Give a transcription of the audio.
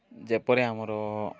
ଯେପରି ଆମର